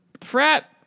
Frat